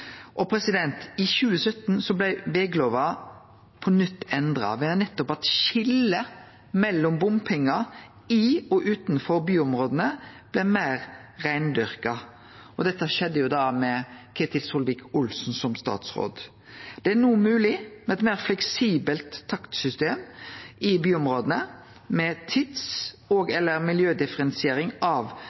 I 2017 blei veglova på nytt endra ved at skiljet mellom bompengar i og utanfor byområda blei meir reindyrka, og dette skjedde med Ketil Solvik-Olsen som statsråd. Det er no mogleg med eit meir fleksibelt takstsystem i byområda, med tids- og/eller miljødifferensiering av takstane. Dette betyr at formålet med bompengeinnkrevjing i byområda òg kan vere regulering av